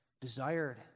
desired